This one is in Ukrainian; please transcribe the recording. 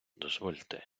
дозвольте